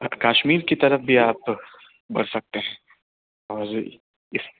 کشمیر کی طرف بھی آپ بڑھ سکتے ہیں اور اِس